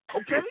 okay